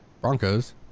Broncos